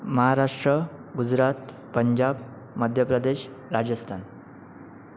Maharashtra Gujarat Punjab Madhya Pradesh Rajasthan